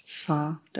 soft